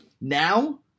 Now